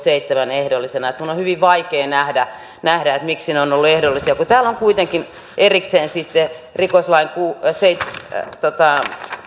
minun on hyvin vaikea nähdä miksi ne ovat olleet ehdollisia kun täällä on kuitenkin erikseen sitten rikoslain aseita joita a